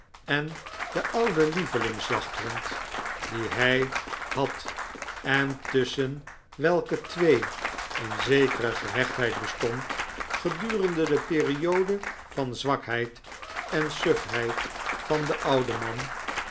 en den ouden lievelingsjachthond dien hij had en tusschen welke twee een zekere gehechtheid bestond gedurende de periode van zwakheid en suf heid van den ouden man